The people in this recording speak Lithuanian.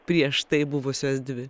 prieš tai buvusios dvi